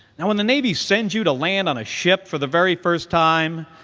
now, when the navy sends you to land on a ship for the very first time,